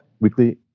weekly